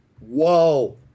Whoa